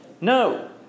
no